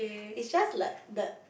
it's just like that